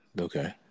Okay